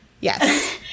Yes